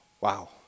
Wow